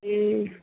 ए